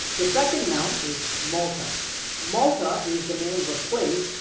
the second noun is malta malta is the name of a place.